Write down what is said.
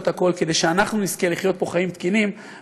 הכול כדי שאנחנו נזכה לחיות פה חיים תקינים.